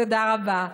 תודה רבה.